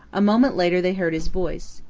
a moment later they heard his voice,